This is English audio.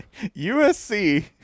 USC